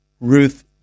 Ruth